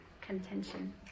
contention